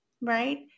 right